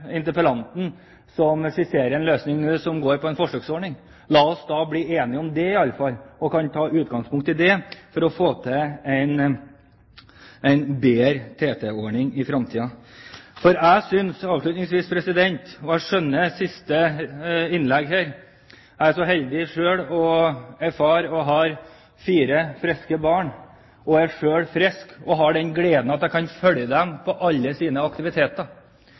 interpellanten som skisserer en løsning som går på en forsøksordning. La oss iallfall bli enige om det, og ta utgangspunkt i det, for å få til en bedre TT-ordning i framtiden. Avslutningsvis: Jeg skjønner siste talers innlegg. Jeg er så heldig å være far til fire friske barn – jeg er selv frisk, og jeg har gleden av å følge dem på alle deres aktiviteter.